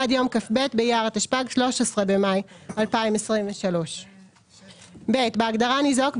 עד יום כ"ב באייר התשפ"ג (13 במאי 2023)". (ב) בהגדרה "ניזוק",